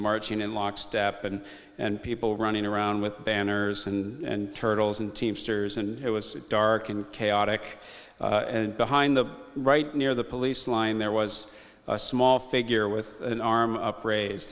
marching in lockstep and and people running around with banners and turtles and teamsters and it was dark and chaotic and behind the right near the police line there was a small figure with an arm upraised